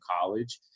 college